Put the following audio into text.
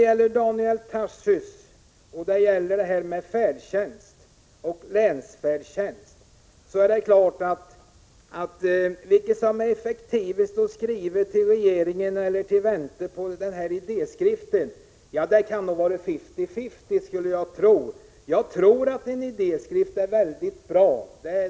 På Daniel Tarschys fråga om vilket som är effektivast när det gäller att åstadkomma en länsfärdtjänst, att skriva till regeringen eller att vänta på idéskissen, vill jag säga att det kan vara 50-50. En idéskiss kan vara bra.